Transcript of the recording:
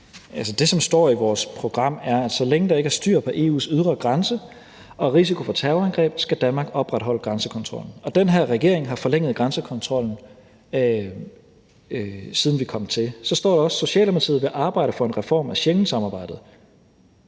Det, som står i vores program, er, at så længe der ikke er styr på EU's ydre grænse og risiko for terrorangreb, skal Danmark opretholde grænsekontrollen, og den her regering har forlænget grænsekontrollen, siden vi kom til. Så står der også: Socialdemokratiet vil arbejde for en reform af Schengensamarbejdet.